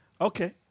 Okay